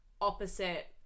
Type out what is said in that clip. opposite